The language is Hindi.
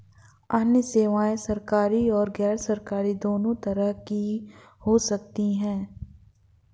अन्य सेवायें सरकारी और गैरसरकारी दोनों तरह की हो सकती हैं